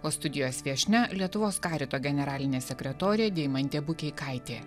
o studijos viešnia lietuvos karito generalinė sekretorė deimantė bukeikaitė